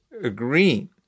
agree